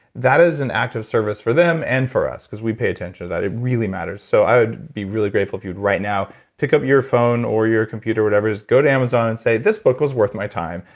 that is an active service for them and for us because we pay attention to that. it really matters, so i would be really grateful if you would right now, pick up your phone, or your computer, or whatever it is, go to amazon and say, this book was worth my time,